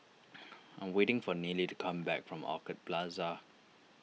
I am waiting for Neely to come back from Orchid Plaza